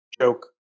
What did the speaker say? joke